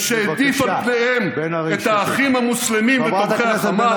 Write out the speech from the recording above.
ושהעדיף על פניהם את האחים המוסלמים ותומכי החמאס,